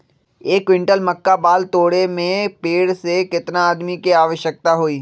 एक क्विंटल मक्का बाल तोरे में पेड़ से केतना आदमी के आवश्कता होई?